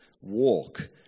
walk